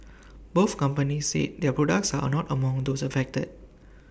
both companies said their products are not among those affected